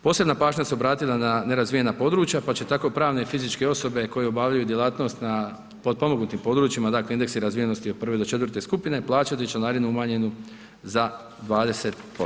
Posebna pažnja se obratila na nerazvijena područja, pa će tako pravne i fizičke osobe koje obavljaju djelatnost na potpomognutim područjima, dakle indeksi razvijenosti od 1.-4. skupine, plaćati članarinu umanjenu za 20%